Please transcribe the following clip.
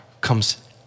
comes